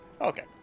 Okay